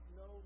no